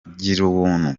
girubuntu